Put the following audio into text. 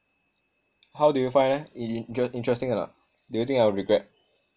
how do you find leh in~ intere~ interesting or not do you think I'll regret